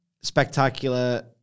spectacular